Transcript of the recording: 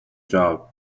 job